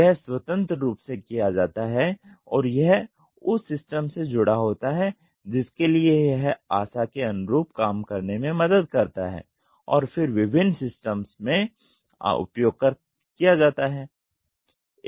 यह स्वतंत्र रूप से किया जाता है और यह उस सिस्टम से जुड़ा होता है जिसके लिए यह आशा के अनुरूप काम करने में मदद करता है और फिर विभिन्न सिस्टम्स में उपयोग किया जाता है